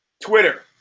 Twitter